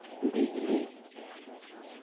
ᱵᱤᱡᱽᱞᱤ